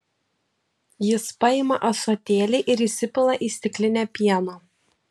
jis paima ąsotėlį ir įsipila į stiklinę pieno